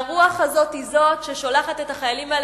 והרוח הזו היא זו ששולחת את החיילים האלה